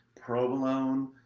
provolone